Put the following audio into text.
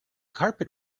carpet